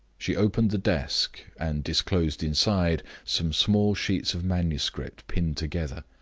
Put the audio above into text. she opened the desk, and disclosed inside some small sheets of manuscript pinned together.